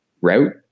route